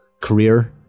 career